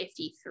53